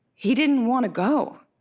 he didn't want to go.